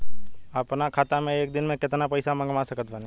अपना खाता मे एक दिन मे केतना पईसा मँगवा सकत बानी?